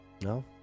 No